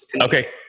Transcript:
Okay